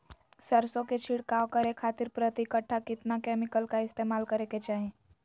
सरसों के छिड़काव करे खातिर प्रति कट्ठा कितना केमिकल का इस्तेमाल करे के चाही?